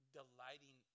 delighting